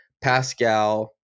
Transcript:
pascal